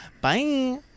Bye